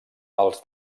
els